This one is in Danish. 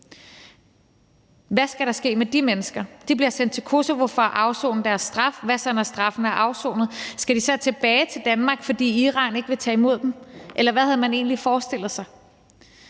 Hvad skal der ske med de mennesker? De bliver sendt til Kosovo for at afsone deres straf, men hvad så, når straffen er afsonet? Skal de så tilbage til Danmark, fordi Iran ikke vil tage imod dem? Eller hvad havde man egentlig forestillet sig?